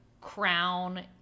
crown